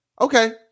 Okay